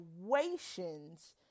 situations